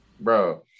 Bro